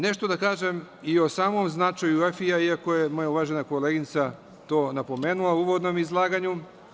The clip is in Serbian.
Nešto bih rekao i o samom značaju EFI-ja, iako je moja uvažena koleginica to napomenula u uvodnom izlaganju.